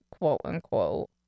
quote-unquote